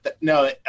no